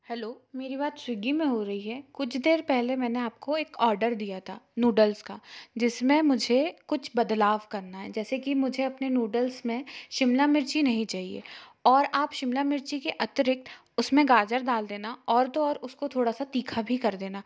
hello मेरी बात Swiggy में हो रही है कुछ देर पहले मैंने आपको एक ऑडर दिया था नूडल्स का जिस में मुझे कुछ बदलाव करना है जैसे कि मुझे अपने नूडल्स में शिमला मिर्ची नहीं चाहिए और आप शिमला मिर्ची के अतिरिक्त उस में गाजर डाल देना और तो और उसको थोड़ा सा तीखा भी कर देना